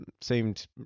seemed